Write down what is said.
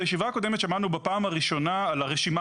בישיבה הקודמת שמענו בפעם הראשונה על הרשימה